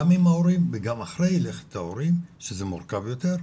עם ההורים וגם אחרי לכתם של ההורים שזה מורכב יותר,